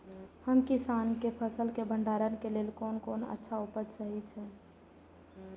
हम किसानके फसल के भंडारण के लेल कोन कोन अच्छा उपाय सहि अछि?